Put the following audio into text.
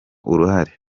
uruhare